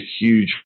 huge